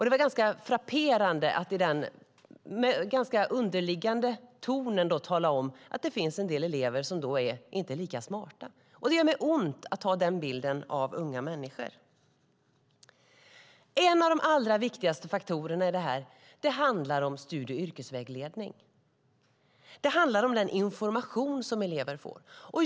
Det är ganska frapperande att man i denna underliggande ton talar om att det finns en del elever som inte är lika smarta. Det gör mig ont att man har den bilden av unga människor. En av de allra viktigaste faktorerna i detta handlar om studie och yrkesvägledning. Det handlar om den information som elever får.